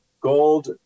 gold